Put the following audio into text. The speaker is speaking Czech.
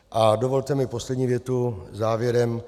A dovolte mi poslední větu závěrem.